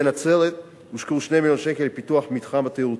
בנצרת הושקעו 2 מיליון שקל לפיתוח המתחם התיירותי.